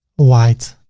white.